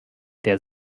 der